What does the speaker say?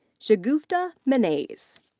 shagufta mehnaz.